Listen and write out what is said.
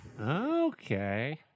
Okay